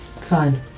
Fine